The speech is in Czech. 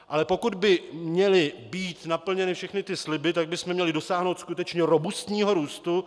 Ale pokud by měly být naplněny všechny ty sliby, tak bychom měli dosáhnout skutečně robustního růstu.